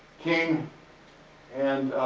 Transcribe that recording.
king and